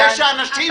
החודש מתקיים.